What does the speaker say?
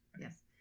Yes